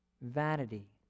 vanity